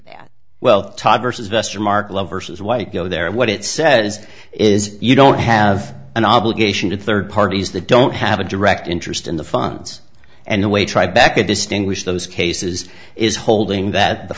love versus white go there and what it says is you don't have an obligation to third parties they don't have a direct interest in the funds and the way try back to distinguish those cases is holding that the